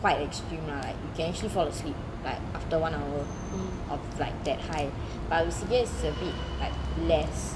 quite extreme lah like you can actually fall asleep like after one hour of like that high but with cigarettes it's a bit like less